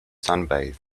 sunbathe